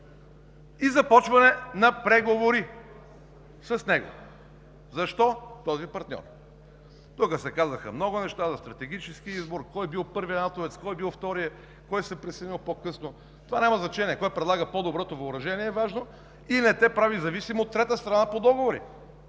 и започване на преговори с него. Защо този партньор? Тук се казаха много неща – за стратегическия избор, кой бил първият натовец, кой бил вторият, кой се присъединил по-късно. Това няма значение. Важно е кой предлага по-доброто въоръжение и не те прави зависим от трета страна по договори.